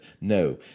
No